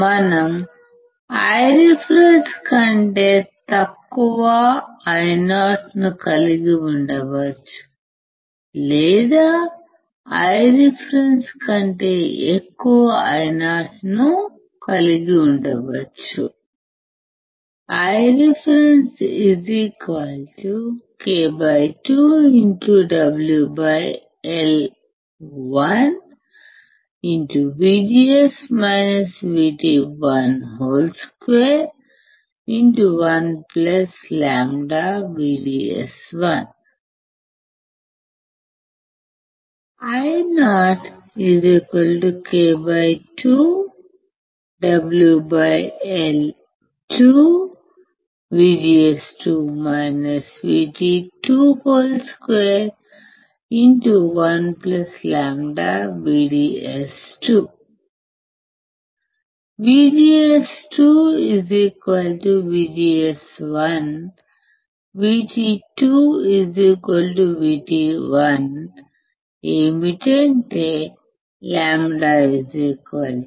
మనం Ireference కంటే తక్కువ Io ను కలిగి ఉండవచ్చు లేదా Ireferenceకంటే ఎక్కువ Io ను కలిగి ఉండవచ్చు Ireferencek2WL12 1λVDS1 Iok2WL22 1λVDS2 VGS2VGS1 VT2VT1 ఏమిటంటే λ0